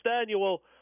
annual